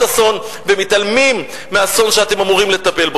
אסון ומתעלמים מהאסון שאתם אמורים לטפל בו.